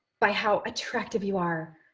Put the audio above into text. by how attractive you are,